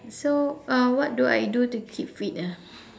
so uh what do I do to keep fit ah